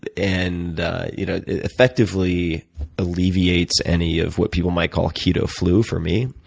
it and you know effectively alleviates any of what people might call keto flu for me.